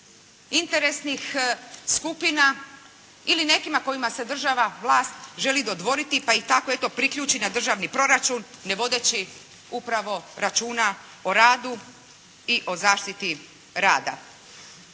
interesnih skupina ili nekima kojima se državna vlast želi dodvoriti pa tako eto priključena državni proračun ne vodeći upravo računa o radu i o zaštiti rada.